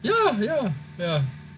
ya ya ya